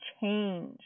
change